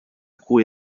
cui